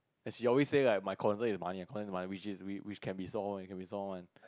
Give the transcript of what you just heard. as she always say like my concern is money my concern is money which is which which can be solved one which can be solved one